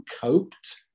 coped